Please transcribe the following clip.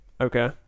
Okay